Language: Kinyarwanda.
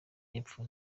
y’epfo